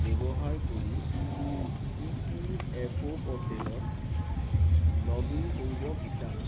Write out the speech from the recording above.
ব্যৱহাৰ কৰি EPFO প'ৰ্টেলত লগ ইন কৰিব বিচাৰোঁ